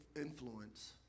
influence